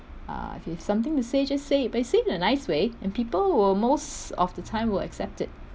uh if you've something to say just say it but say it in a nice way and people will most of the time will accept it